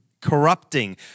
corrupting